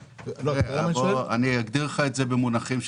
אגדיר את זה במספרים: